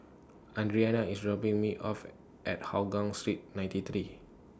Adriana IS dropping Me off At Hougang Street ninety three